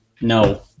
no